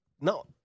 No